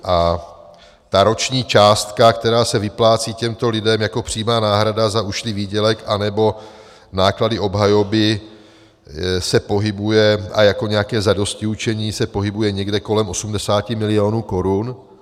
A ta roční částka, která se vyplácí těmto lidem jako přímá náhrada za ušlý výdělek nebo náklady obhajoby, se pohybuje, a jako nějaké zadostiučinění, se pohybuje někde kolem 80 milionů korun.